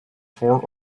four